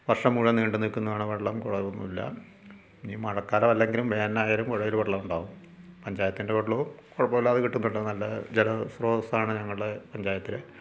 വർഷം മുഴുവൻ നീണ്ട് നിൽക്കുന്നതാണ് വെള്ളം കുറവൊന്നും ഇല്ല ഇനി മഴക്കാലം അല്ലെങ്കിലും വേനലായാലും പുഴയിൽ വെള്ളമുണ്ടാകും പഞ്ചായത്തിൻ്റെ വെള്ളവും കുഴപ്പമില്ലാതെ കിട്ടുന്നുണ്ട് നല്ല ജലസ്രോദസ്സാണ് ഞങ്ങളുടെ പഞ്ചായത്തിൽ